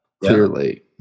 clearly